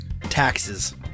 Taxes